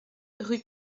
rue